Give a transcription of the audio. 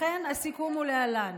לכן הסיכום הוא להלן: